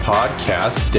Podcast